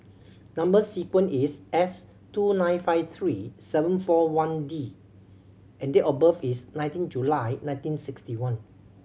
number sequence is S two nine five three seven four one D and date of birth is nineteen July nineteen sixty one